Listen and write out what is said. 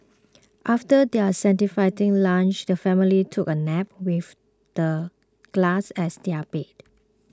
after their satisfying lunch the family took a nap with the glass as their bed